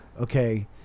Okay